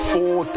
Four